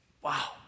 Wow